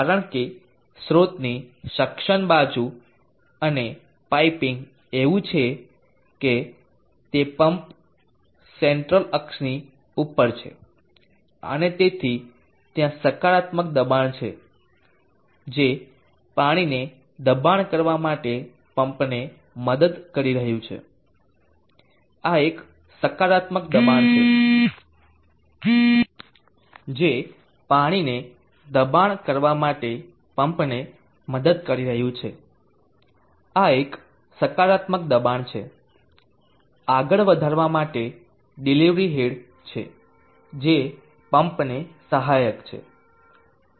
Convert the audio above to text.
કારણ કે સ્રોતની સક્શન બાજુ અને પાઇપિંગ એવું છે કે તે પમ્પ સેન્ટ્રલ અક્ષની ઉપર છે અને તેથી ત્યાં સકારાત્મક દબાણ છે જે પાણીને દબાણ કરવા માટે પંપને મદદ કરી રહ્યું છે આ એક સકારાત્મક દબાણ છે આગળ વધારવા માટે ડિલિવરી હેડ છે જે પમ્પને સહાયક છે